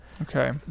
Okay